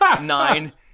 nine